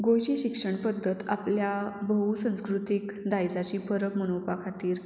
गोंयची शिक्षण पद्दत आपल्या बहू संस्कृतीक दायजाची परब मनोवपा खातीर